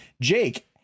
Jake